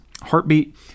heartbeat